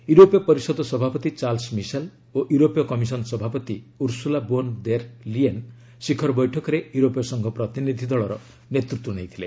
ୟୁରୋପୀୟ ପରିଷଦ ସଭାପତି ଚାର୍ଲସ୍ ମିସେଲ୍ ଓ ୟୁରୋପୀୟ କମିଶନ ସଭାପତି ଉର୍ସୁଲା ବୋନ୍ ଦେର୍ ଲିୟେନ୍ ଶିଖର ବୈଠକରେ ୟୁରୋପୀୟ ସଂଘ ପ୍ରତିନିଧି ଦଳର ନେତୃତ୍ୱ ନେଇଥିଲେ